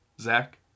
Zach